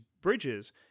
bridges